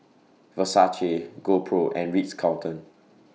Versace GoPro and Ritz Carlton